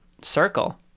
Circle